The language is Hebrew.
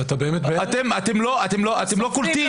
אתם לא קולטים.